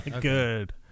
Good